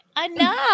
enough